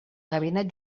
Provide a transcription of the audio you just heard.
gabinet